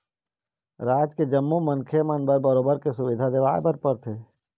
राज के जम्मो मनखे मन बर बरोबर के सुबिधा देवाय बर परथे